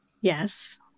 Yes